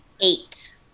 eight